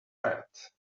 riot